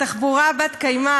תחבורה בת-קיימא